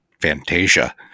Fantasia